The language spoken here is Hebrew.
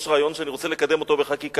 יש רעיון שאני רוצה לקדם אותו בחקיקה,